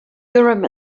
urim